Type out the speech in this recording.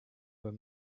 were